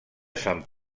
sant